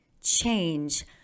change